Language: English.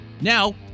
Now